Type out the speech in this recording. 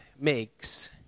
makes